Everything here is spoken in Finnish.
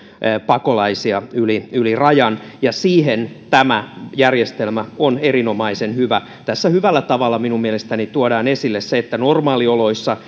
pakolaisia yli yli rajan ja siihen tämä järjestelmä on erinomaisen hyvä tässä hyvällä tavalla minun mielestäni tuodaan esille se että normaalioloissa